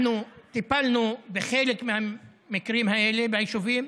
אנחנו טיפלנו בחלק מהמקרים האלה ביישובים,